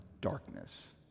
darkness